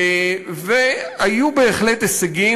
היו בהחלט הישגים.